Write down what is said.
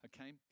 Okay